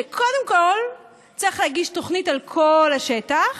שקודם כול צריך להגיש תוכנית על כל השטח,